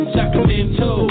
Sacramento